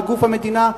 בגוף המדינה.